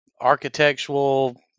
architectural